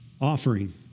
offering